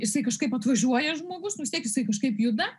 jisai kažkaip atvažiuoja žmogus nu vis tiek jisai kažkaip juda